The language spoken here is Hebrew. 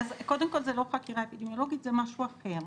קודם כל זה לא חקירה אפידמיולוגית, זה משהו אחר.